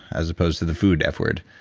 as opposed to the food f word?